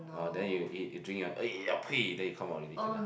ah then you you eat you drink then you come out already can't ah